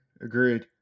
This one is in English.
Agreed